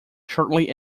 shortly